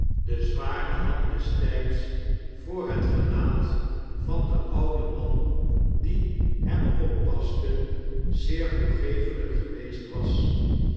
de zware hand des tijds voor het gelaat van den ouden man die hem oppaste zeer toegefelijk geweest was